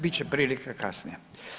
Bit će prilike kasnije.